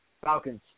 Falcons